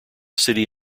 city